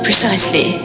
precisely